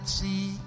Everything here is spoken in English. see